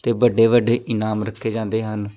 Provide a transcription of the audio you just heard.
ਅਤੇ ਵੱਡੇ ਵੱਡੇ ਇਨਾਮ ਰੱਖੇ ਜਾਂਦੇ ਹਨ